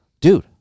Dude